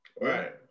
Right